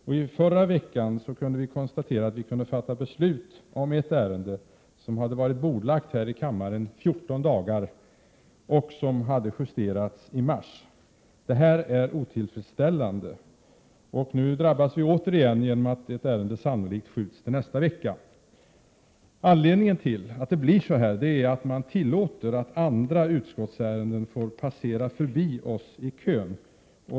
Under förra veckan kunde vi fatta beslut om ett ärende som hade varit bordlagt i kammaren i 14 dagar och som hade justerats i mars. Detta är otillfredsställan Prot. 1987/88:124 de, och nu drabbas vi återigen genom att ett ärende sannolikt skjuts upp till 20 maj 1988 nästa vecka. Anledningen till att det blir så här är att man tillåter att andra utskotts ärenden får passera förbi oss i kön.